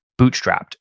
bootstrapped